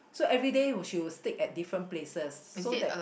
so everyday will she will stick at different places so that